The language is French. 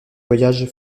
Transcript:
voyage